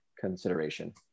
consideration